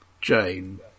Jane